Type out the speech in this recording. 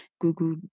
google